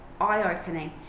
eye-opening